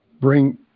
bring